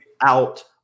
out